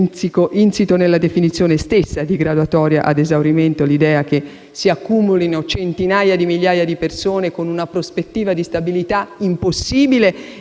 insito nella definizione stessa di graduatoria ad esaurimento l'idea che si accumulino centinaia di migliaia di persone con una prospettiva di stabilità impossibile